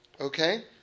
Okay